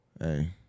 Hey